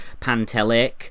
Pantelic